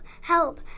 help